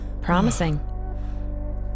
promising